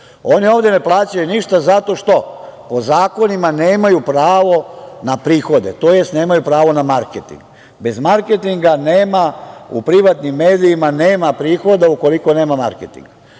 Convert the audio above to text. Oni ovde ne plaćaju ništa, zato što po zakonima nemaju pravo na prihode, tj. nemaju pravo na marketing. Bez marketinga u privatnim medijima nema prihoda ukoliko nema marketinga. Stoga